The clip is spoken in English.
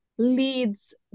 leads